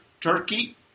Turkey